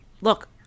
look